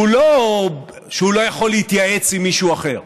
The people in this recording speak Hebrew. ולא שהוא לא יכול להתייעץ עם מישהו אחר: